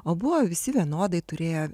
o buvo visi vienodai turėjo